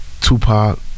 Tupac